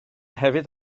hefyd